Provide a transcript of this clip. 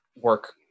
work